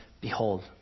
Behold